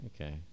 okay